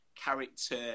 character